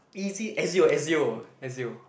easy as you as you as you